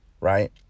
right